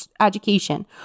education